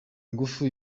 ingufu